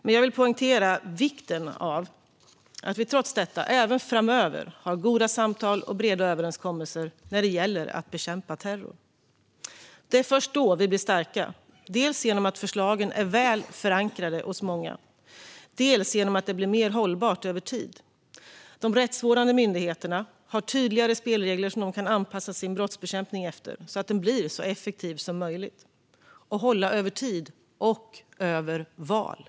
Men jag vill poängtera vikten av att vi trots detta även framöver har goda samtal och breda överenskommelser när det gäller att bekämpa terrorn. Det är först då vi blir starka, dels genom att förslagen är väl förankrade hos många, dels genom att det blir mer hållbart över tid. De rättsvårdande myndigheterna får tydligare spelregler som de kan anpassa sin brottsbekämpning efter så att den blir så effektiv som möjlig och kan hålla över tid och över val.